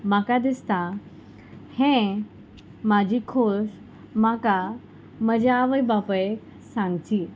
म्हाका दिसता हें म्हाजी खोश म्हाका म्हज्या आवय बापायक सांगची